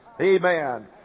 Amen